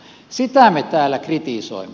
sitä me täällä kritisoimme